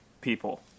people